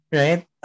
right